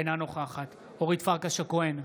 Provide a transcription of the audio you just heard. אינה נוכחת אורית פרקש הכהן,